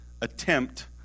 attempt